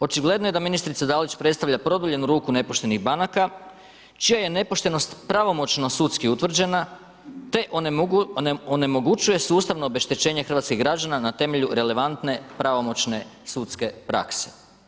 Očigledno je da ministrica Dalić predstavlja produljenu ruku nepoštenih banaka čija je nepoštenost pravomoćno sudski utvrđena te onemogućuje sustavno obeštećenje hrvatskih građana na temelju relevantne pravomoćne sudske prakse.